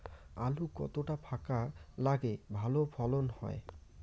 আলু কতটা ফাঁকা লাগে ভালো ফলন হয়?